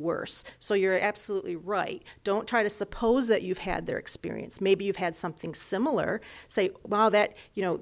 worse so you're absolutely right don't try to suppose that you've had their experience maybe you've had something similar say that you know